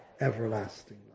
everlasting